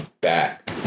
back